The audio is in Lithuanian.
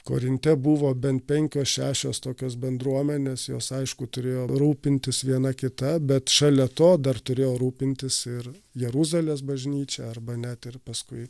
korinte buvo bent penkios šešios tokios bendruomenės jos aišku turėjo rūpintis viena kita bet šalia to dar turėjo rūpintis ir jeruzalės bažnyčia arba net ir paskui